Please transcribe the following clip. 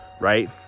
right